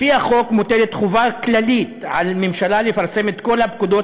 לפי החוק מוטלת חובה כללית על הממשלה לפרסם את כל הפקודות,